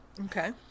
Okay